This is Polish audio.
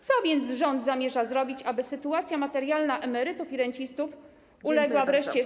Co więc rząd zamierza zrobić, aby sytuacja materialna emerytów i rencistów uległa wreszcie.